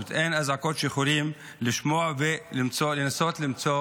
אין אזעקה שיכולים לשמוע ולנסות למצוא